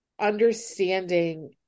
understanding